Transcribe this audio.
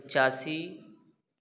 पचासी